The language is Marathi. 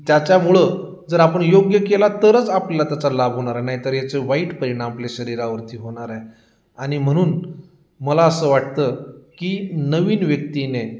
ज्याच्यामुळं जर आपण योग्य केला तरच आपल्याला त्याचा लाभ होणार आहे नाही तर याचे वाईट परिणाम आपल्या शरीरावरती होणार आहे आणि म्हणून मला असं वाटतं की नवीन व्यक्तीने